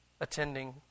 attending